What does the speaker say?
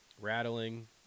rattling